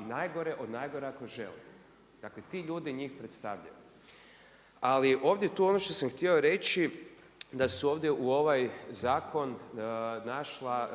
i najgore od najgore ako žele. Dakle ti ljudi njih predstavljaju. Ali ovdje tu ono što sam htio reći da su ovdje u ovaj zakon